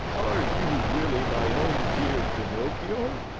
are you really my own dear pinocchio?